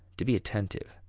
to be attentive.